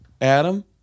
Adam